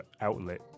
outlet